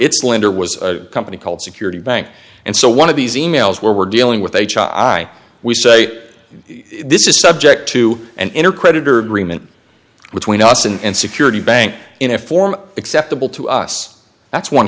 its lender was a company called security bank and so one of these e mails where we're dealing with h i we say this is subject to an inner creditor agreement between us and security bank in a form acceptable to us that's one